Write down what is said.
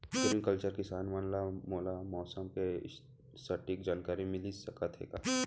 Agriculture किसान app मा मोला मौसम के सटीक जानकारी मिलिस सकत हे का?